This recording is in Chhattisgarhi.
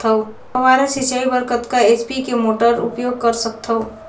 फव्वारा सिंचाई बर कतका एच.पी के मोटर उपयोग कर सकथव?